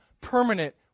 permanent